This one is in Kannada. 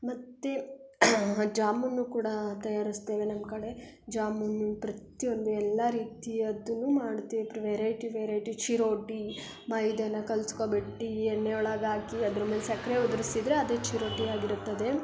ಮತ್ತು ಜಾಮೂನು ಕೂಡ ತಯಾರಿಸ್ತೇವೆ ನಮ್ಮ ಕಡೆ ಜಾಮೂನು ಪ್ರತಿಯೊಂದು ಎಲ್ಲ ರೀತಿಯದ್ದೂ ಮಾಡ್ತೀವಿ ವೆರೈಟಿ ವೆರೈಟಿ ಚಿರೋಟಿ ಮೈದನ ಕಲ್ಸ್ಕೊಂಬಿಟ್ಟು ಎಣ್ಣೆ ಒಳಗೆ ಹಾಕಿ ಅದ್ರ ಮೇಲೆ ಸಕ್ಕರೆ ಉದ್ರ್ಸಿದ್ರೆ ಅದು ಚಿರೋಟಿ ಆಗಿರುತ್ತದೆ